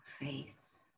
face